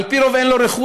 על פי רוב אין לו רכוש,